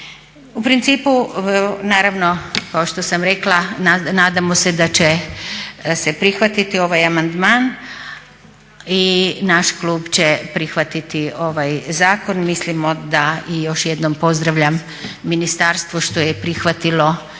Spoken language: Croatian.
U principu naravno kao što sam rekla nadamo se da će se prihvatiti ovaj amandman i naš klub će prihvatiti ovaj zakon. Mislimo da i još jednom pozdravljam ministarstvo što je prihvatilo